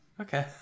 Okay